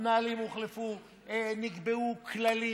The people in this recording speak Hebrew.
המנהלים הוחלפו, נקבעו כללים,